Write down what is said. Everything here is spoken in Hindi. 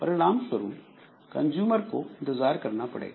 परिणाम स्वरूप कंजूमर को इंतजार करना पड़ेगा